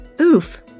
oof